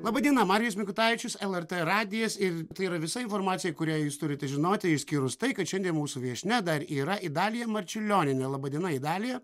laba diena marijus mikutavičius lrt radijas ir tai yra visa informacija kurią jūs turite žinoti išskyrus tai kad šiandien mūsų viešnia dar yra idalija marčiulionienė laba diena idalija